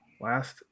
Last